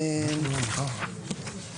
מ-2037.